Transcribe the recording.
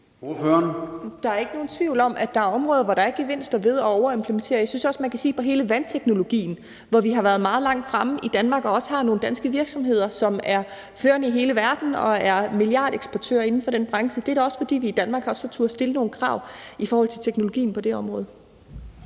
Der er ikke nogen tvivl om, at der er områder, hvor der er gevinster ved at overimplementere. Jeg synes også, at man kan se på hele vandteknologien, hvor vi har været meget langt fremme i Danmark og også har nogle danske virksomheder, som er førende i hele verden og er milliardeksportører inden for den branche. Det er da også, fordi vi i Danmark har turdet stille nogle krav til teknologien på det område.